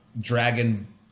dragon